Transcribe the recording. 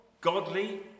godly